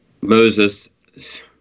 Moses